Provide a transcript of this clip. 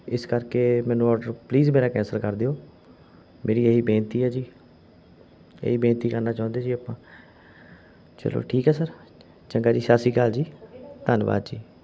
ਇਸ ਕਰਕੇ ਮੈਨੂੰ ਆਰਡਰ ਪਲੀਜ਼ ਮੇਰਾ ਕੈਂਸਲ ਕਰ ਦਿਓ ਮੇਰੀ ਇਹੀ ਬੇਨਤੀ ਆ ਜੀ ਇਹੀ ਬੇਨਤੀ ਕਰਨਾ ਚਾਹੁੰਦੇ ਜੀ ਆਪਾਂ ਚਲੋ ਠੀਕ ਆ ਸਰ ਚੰਗਾ ਜੀ ਸਤਿ ਸ਼੍ਰੀ ਅਕਾਲ ਜੀ ਧੰਨਵਾਦ ਜੀ